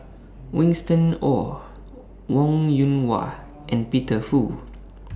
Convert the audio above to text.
Winston Oh Wong Yoon Wah and Peter Fu